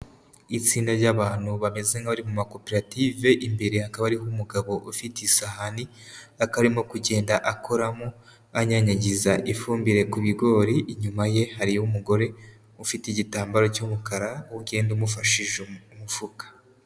Itsinda ry'abantu bameze nkaho ari mu makoperative, imbere hakaba hari umugabo ufite isahani akaba arimo kugenda akoramo anyanyagiza ifumbire ku bigori, inyuma ye hariho umugore ufite igitambaro cy'umukara ugenda umufashije umufuka.